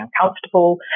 uncomfortable